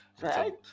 Right